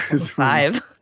five